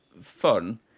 fun